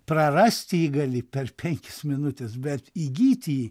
prarast jį gali per penkias minutes bet įgyt jį